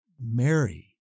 mary